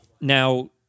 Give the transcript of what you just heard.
now